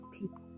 people